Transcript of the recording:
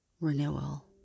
renewal